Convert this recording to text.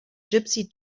gypsy